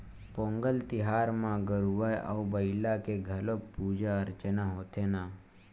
पोंगल तिहार म गरूवय अउ बईला के घलोक पूजा अरचना होथे न